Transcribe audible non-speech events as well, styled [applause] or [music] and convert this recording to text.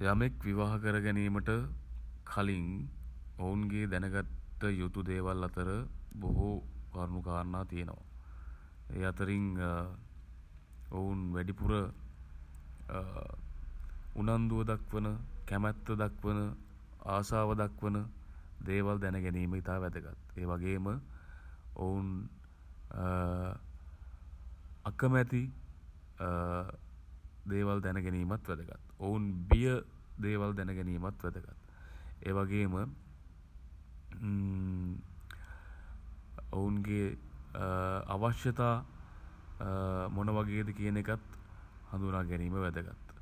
යමෙක් විවාහ කර ගැනීමට [hesitation] කලින් [hesitation] ඔවුන්ගේ දැනගත්ත [hesitation] යුතු දේවල් අතර [hesitation] බොහෝ [hesitation] කරුණු කාරණා තියෙනවා. ඒ අතරින් [hesitation] ඔවුන් වැඩිපුර [hesitation] උනන්දුව දක්වන [hesitation] කැමැත්ත දක්වන [hesitation] ආසාව දක්වන [hesitation] දේවල් දැනගැනීම ඉතා වැදගත්. ඒ වගේම [hesitation] ඔවුන් [hesitation] අකමැති [hesitation] දේවල් දැන ගැනීමත් වැදගත්. ඔවුන් බිය [hesitation] දේවල් දැන ගැනීමත් වැදගත්. ඒ වගේම [hesitation] ඔවුන්ගේ [hesitation] අවශ්‍යතා [hesitation] මොන වගේද කියන එකත් [hesitation] හඳුනා ගැනීම වැදගත්.